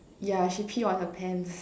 yeah she pee on her pants